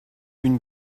une